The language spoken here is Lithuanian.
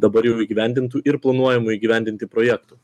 dabar jau įgyvendintų ir planuojamų įgyvendinti projektų